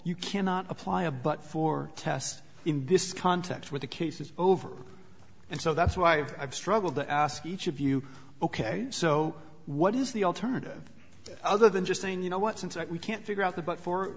you cannot apply a but for test in this context when the case is over and so that's why i've struggled to ask each of you ok so what is the alternative other than just saying you know what's inside we can't figure out the but for